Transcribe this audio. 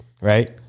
right